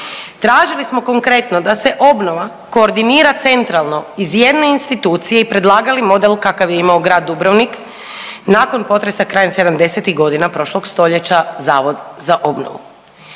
Tražili smo konkretno da se obnova koordinira centralno iz jedne institucije i predlagali model kakav je imao grad Dubrovnik nakon potresa krajem sedamdesetih godina prošlog stoljeća Zavod za obnovu.